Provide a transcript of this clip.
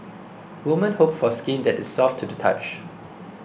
woman hope for skin that is soft to the touch